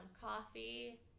coffee